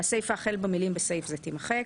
והסיפה החל במילים "בסעיף זה" תימחק,